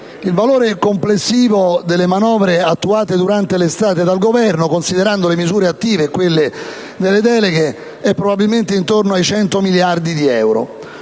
il valore complessivo delle manovre attuate durante l'estate dal Governo, considerando le misure attive e quelle nelle deleghe, è probabilmente intorno ai 100 miliardi di euro.